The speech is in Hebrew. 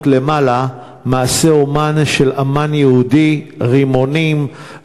למעלה מעשה אמן של אמן יהודי: רימונים,